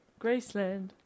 Graceland